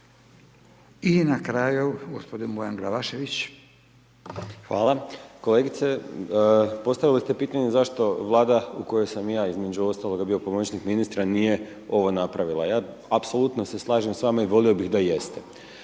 I na kraju, gospodin Bojan Glavašević **Glavašević, Bojan (Nezavisni)** Kolegice, postavili ste pitanje zašto Vlada u kojoj sam ja, između ostaloga, bio pomoćnik ministra, nije ovo napravila. Apsolutno se slažem s vama i volio bih da jeste.